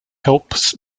helps